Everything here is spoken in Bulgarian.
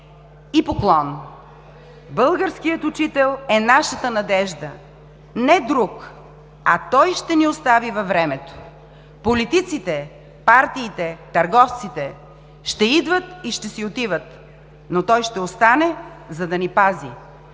И поклон! Българският учител е нашата надежда. Не друг, а той ще ни остави във времето. Политиците, партиите, търговците ще идват и ще си отиват, но той ще остане, за да ни пази.